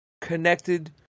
connected